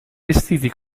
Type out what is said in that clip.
vestiti